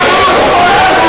מאה אחוז.